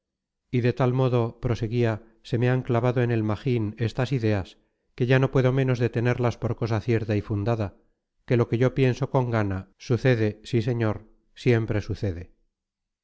y de tal modo proseguía se me han clavado en el magín estas ideas que ya no puedo menos de tenerlas por cosa cierta y fundada que lo que yo pienso con gana sucede sí señor siempre sucede